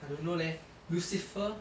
I don't know leh lucifer